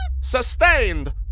Sustained